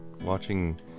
watching